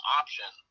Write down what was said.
option